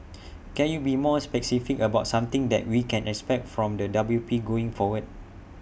can you be more specific about something that we can expect from the W P going forward